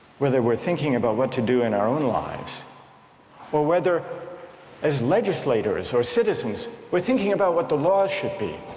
whether we are thinking of what to do in our own lives or whether as legislators or citizens we are thinking about what the law should be,